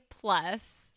plus